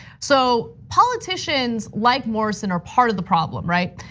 so politicians like morrison are part of the problem, right?